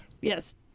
Yes